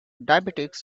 diabetics